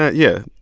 ah yeah.